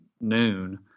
noon